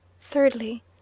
thirdly